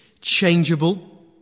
changeable